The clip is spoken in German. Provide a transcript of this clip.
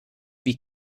wie